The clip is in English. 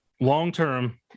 long-term